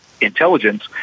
intelligence